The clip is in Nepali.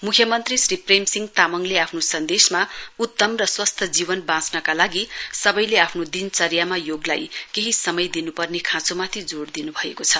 म्ख्यमन्त्री श्री प्रेम सिंह तामङले आफ्नो सन्देशमा उत्तम र स्वस्थ्य जीवन बाँच्नका लागि सबैले आफ्नो दिनचर्यामा योगलाई केही समय दिन्पर्ने खाँचोमाथि जोड़ दिन्भएको छ